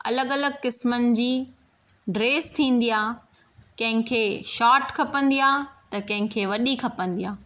अलॻि अलॻि क़िस्मनि जी ड्रेस थींदी आहे कंहिंखे शॉर्ट खपंदी आहे त कंहिंखे वॾी खपंदी आहे